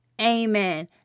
Amen